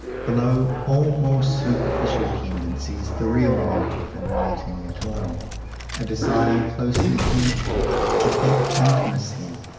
below all more superficial tendencies, the real motive in writing at all a desire closely connected with that intimacy,